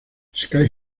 sky